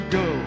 go